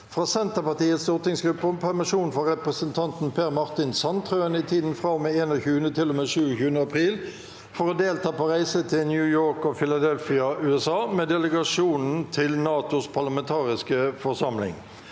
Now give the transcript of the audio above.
fra Senterpartiets stortingsgruppe om permisjon for representanten Per Martin Sandtrøen i tiden fra og med 21. til og med 27. april for å delta på reise til New York og Philadelphia, USA, med delegasjonen til NATOs parlamentariske forsamling